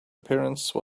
appearance